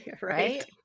Right